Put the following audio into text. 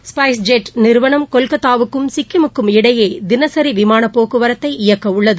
spice jet நிறுவனம் கொல்கத்தாவுக்கும் சிக்கிமுக்கும் இடையேதினசிவிமானபோக்குவரத்தை இயக்கஉள்ளது